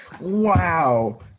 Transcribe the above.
Wow